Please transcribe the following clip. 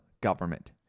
government